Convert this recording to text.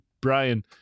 Brian